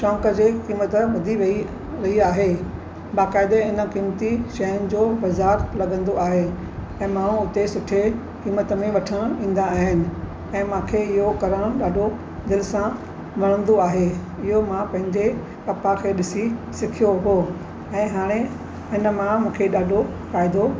शौंक़ु जी क़ीमत मुंहिंजी वेइ वेइ आहे बक़ायदा इन क़ीमती शयुनि जो बाज़ार लॻंदो आहे ऐं माण्हू उते सुठे क़ीमत में वठणु इंदा आहिनि ऐं मूंखे इहो करणु ॾाढो दिलि सां वणंदो आहे इहो मां पंहिंजे पप्पा खे ॾिसी सिखियो हो ऐं हाणे हिन मां मूंखे ॾाढो फ़ाइदो